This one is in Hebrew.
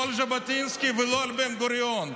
לא על ז'בוטינסקי ולא על בן-גוריון.